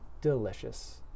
delicious